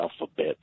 alphabet